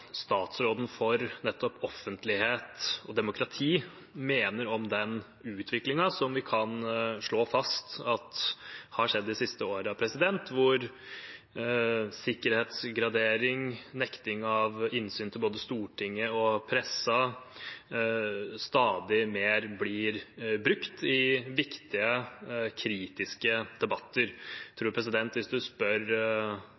statsråden for nettopp offentlighet og demokrati mener om den utviklingen vi kan slå fast har skjedd de siste årene, der sikkerhetsgradering og nekting av innsyn til både Stortinget og pressen blir stadig mer brukt i viktige kritiske debatter.